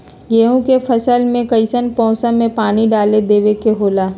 गेहूं के फसल में कइसन मौसम में पानी डालें देबे के होला?